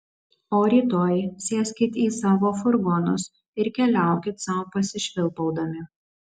o rytoj sėskit į savo furgonus ir keliaukit sau pasišvilpaudami